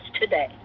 today